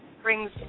brings